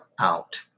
out